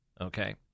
okay